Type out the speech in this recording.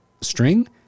string